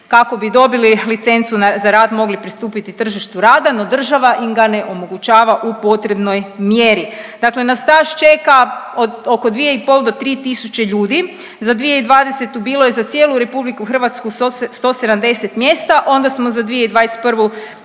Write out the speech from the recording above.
kako bi dobili licencu za rad mogli pristupiti tržištu rada, no država im ga ne omogućava u potrebnoj mjeri. Dakle na staž čeka oko 2,5 do 3 tisuće ljudi, za 2020. bilo je za cijelu RH 170 mjesta, onda smo za 2021.